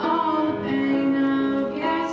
oh yeah